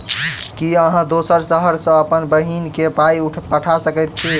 की अहाँ दोसर शहर सँ अप्पन बहिन केँ पाई पठा सकैत छी?